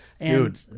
Dude